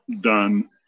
done